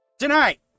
Tonight